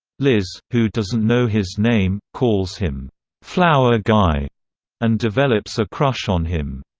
liz, who doesn't know his name, calls him flower guy and develops a crush on him.